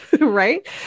Right